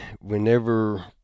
whenever